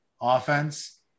offense